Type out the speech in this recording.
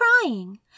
crying